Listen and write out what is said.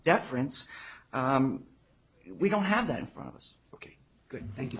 deference we don't have that in front of us ok good thank you